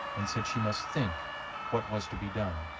and said she must think what was to be done,